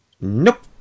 Nope